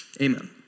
amen